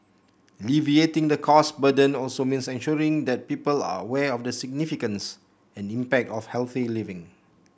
alleviating the cost burden also means ensuring that people are aware of the significance and impact of healthy living